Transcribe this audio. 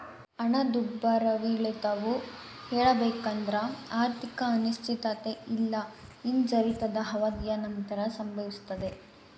ಹಣದುಬ್ಬರವಿಳಿತವು ಹೇಳಬೇಕೆಂದ್ರ ಆರ್ಥಿಕ ಅನಿಶ್ಚಿತತೆ ಇಲ್ಲಾ ಹಿಂಜರಿತದ ಅವಧಿಯ ನಂತರ ಸಂಭವಿಸ್ತದೆ